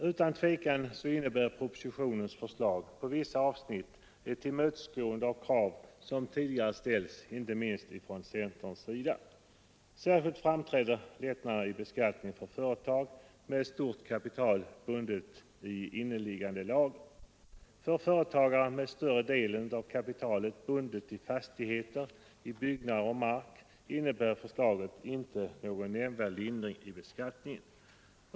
Utan tvivel innebär propositionens förslag på vissa avsnitt ett tillmötesgående av krav som tidigare ställts, inte minst från centern. Särskilt framträder lättnader i beskattningen för företag med stort kapital bundet i inneliggande lager. För företagare med större delen av kapitalet bundet i fastigheter, byggnader och mark, innebär förslaget inte någon nämnvärd lindring i beskattningen.